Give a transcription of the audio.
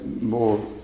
more